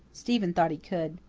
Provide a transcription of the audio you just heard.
stephen thought he could.